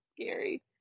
scary